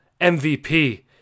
MVP